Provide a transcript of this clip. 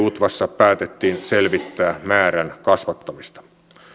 utvassa päätettiin selvittää määrän kasvattamista